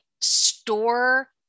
store